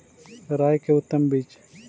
राई के उतम बिज?